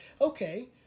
Okay